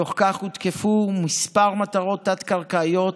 בתוך כך הותקפו כמה מטרות תת-קרקעיות,